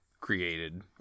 created